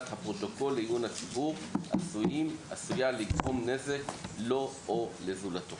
הפרוטוקול לעיון הציבור עשויה לגרום נזק לו או לזולתו.